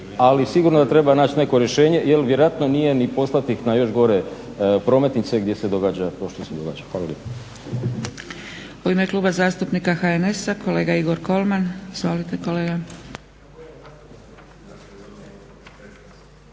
ali sigurno da treba naći neko rješenje jer vjerojatno nije ni poslati ih na još gore prometnice gdje se događa to što se događa. Hvala